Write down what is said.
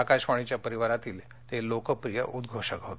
आकाशवाणीच्या परिवारातील ते लोकप्रिय उद्घोषक होते